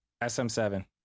sm7